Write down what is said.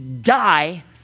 die